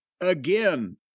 again